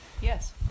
Yes